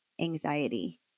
anxiety